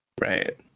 Right